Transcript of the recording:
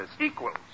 equals